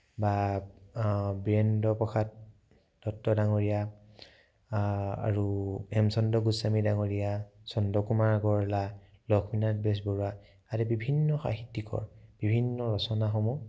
বা বীৰেন্দ্ৰ প্ৰসাদ দত্ত ডাঙৰীয়া আৰু হেমচন্দ্ৰ গোস্বামী ডাঙৰীয়া চন্দ্ৰ কুমাৰ আগৰৱালা লক্ষ্মীনাথ বেজবৰুৱা আদি বিভিন্ন সাহিত্যিকৰ বিভিন্ন ৰচনাসমূহ